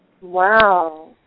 Wow